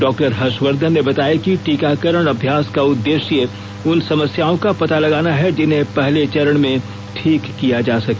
doctor Harsh Vardhan ने बताया कि टीकाकरण अभ्यास का उद्देश्य उन समस्याओं का पता लगाना है जिन्हें पहले चरण में ठीक किया जा सके